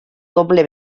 doble